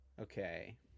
Okay